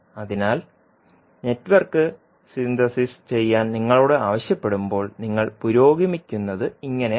അതിനാൽ network synthesis ചെയ്യാൻ നിങ്ങളോട് ആവശ്യപ്പെടുമ്പോൾ നിങ്ങൾ പുരോഗമിക്കുന്നത് ഇങ്ങനെയാണ്